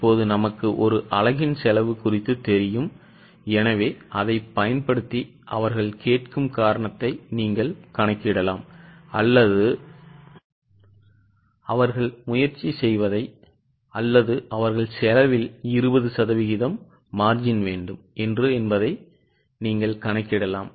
இப்போது நமக்கு ஒரு அலகின் செலவு குறித்து தெரியும் எனவே அதை பயன்படுத்தி அவர்கள் கேட்கும் காரணத்தை நீங்கள் கணக்கிடலாம் அல்லது அவர்கள் முயற்சி செய்வதை அல்லது அவர்கள் செலவில் 20 சதவிகிதம் margin வேண்டும் என்பதை நீங்கள் கணக்கிடலாம்